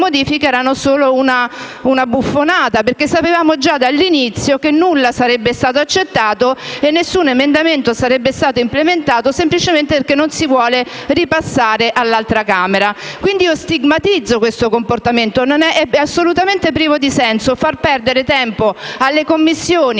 modifica erano solo una buffonata, perché sapevamo già dall'inizio che nulla sarebbe stato accettato e che nessun emendamento sarebbe stato accolto semplicemente perché non si vuole ripassare all'altra Camera. Stigmatizzo pertanto questo comportamento assolutamente privo di senso; fa perdere tempo alle Commissioni